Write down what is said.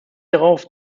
darauf